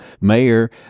Mayor